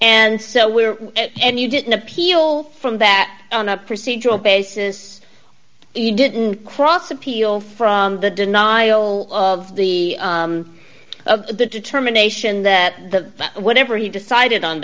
and so we're and you didn't appeal from that on a procedural basis you didn't cross appeal from the denial of the of the determination that the whatever he decided on